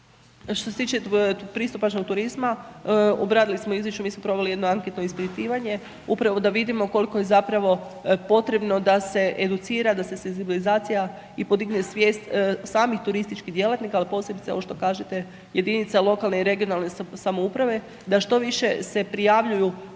Što se tiče pristupačnog turizma obradili smo u izvješću, mi smo proveli jedno anketno ispitivanje upravo da vidimo koliko je zapravo potrebno da se educira, da se senzibilizira i podigne svijest samih turističkih djelatnika ali posebice ono što kažete jedinice lokalne i regionalne samouprave da što više se prijavljuju